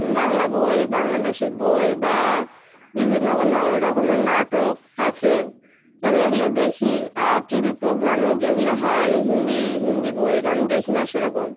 বাংলা বই বাংলাদেশের বই বা বিভিন্ন অন্য রকমের নাটক আছে আমি এগুলো দেখি আর টিভি প্রোগ্রামে যেগুলো হয় হিন্দি হিন্দি বই আমি দেখি না সেরকম